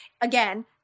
again